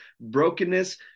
brokenness